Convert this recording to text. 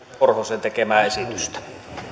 korhosen tekemää esitystä